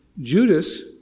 Judas